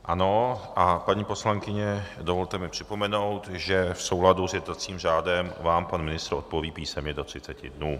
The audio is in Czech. Ano, paní poslankyně, dovolte mi připomenout, že v souladu s jednacím řádem vám pan ministr odpoví písemně do třiceti dnů.